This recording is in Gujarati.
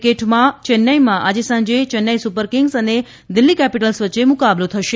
ક્રિકેટમાં ચેન્નાઇમાં આજે સાંજે ચેન્નાઇ સુપરકિંગ અને દિલ્હી કેપીટલ્સ વચ્ચે મુકાબલો થશે